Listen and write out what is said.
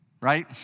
Right